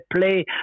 play